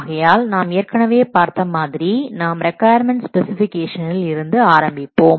ஆகையால் நாம் ஏற்கனவே பார்த்த மாதிரி நாம் ரிக்கொயர்மென்ட் ஸ்பெசிஃபிகேஷனில் இருந்து ஆரம்பிப்போம்